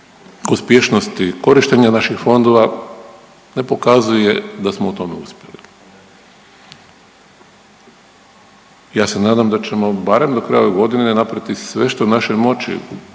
uspješnosti korištenja naših fondova ne pokazuje da smo u tome uspjeli. Ja se nadam da ćemo barem do kraja ove godine napraviti sve što je u našoj